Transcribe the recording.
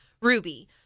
Ruby